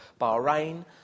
Bahrain